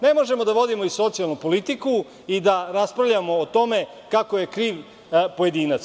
Ne možemo da vodimo i socijalnu politiku i da raspravljamo o tome kako je kriv pojedinac.